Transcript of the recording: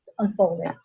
unfolding